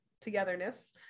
Togetherness